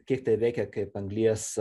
kiek tai veikia kaip anglies